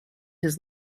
his